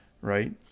Right